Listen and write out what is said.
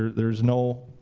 there's no,